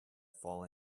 fall